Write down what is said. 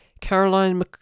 Caroline